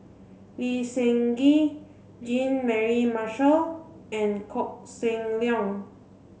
Lee Seng Gee Jean Mary Marshall and Koh Seng Leong